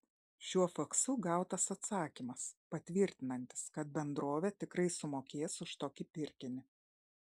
šiuo faksu gautas atsakymas patvirtinantis kad bendrovė tikrai sumokės už tokį pirkinį